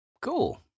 Cool